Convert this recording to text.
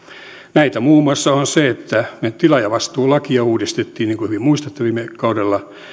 näitä on muun muassa se että me tilaajavastuulakia uudistimme niin kuin hyvin muistatte viime kaudella